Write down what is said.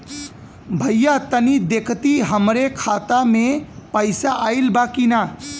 भईया तनि देखती हमरे खाता मे पैसा आईल बा की ना?